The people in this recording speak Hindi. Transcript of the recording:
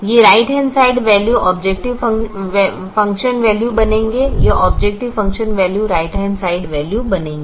ये right hand side value objective function value बनेंगे ये objective function value right hand side value बनेंगे